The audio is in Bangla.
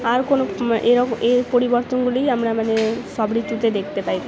আর কোনো এরকম এ পরিবর্তনগুলিই আমরা মানে সব ঋতুতে দেখতে পাই